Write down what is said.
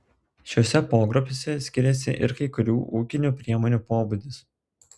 šiuose pogrupiuose skiriasi ir kai kurių ūkinių priemonių pobūdis